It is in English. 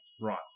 Right